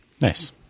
Nice